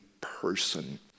person